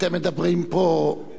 אתם מדברים פה,